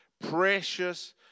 precious